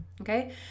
okay